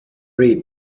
read